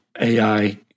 AI